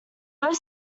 both